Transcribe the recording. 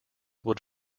would